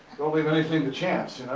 don't leave anything to chance you know?